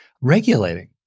regulating